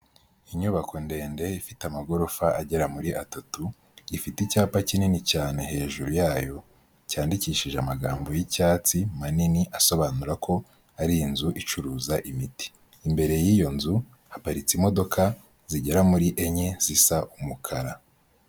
Inyubako ndende ifite amagorofa agera muri atatu, ifite icyapa kinini cyane hejuru yayo cyandikishije amagambo y'icyatsi manini asobanura ko ari inzu icuruza imiti, imbere y'iyo nzu haparitse imodoka zigera muri enye zisa umukara.